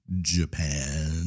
Japan